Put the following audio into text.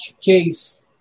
case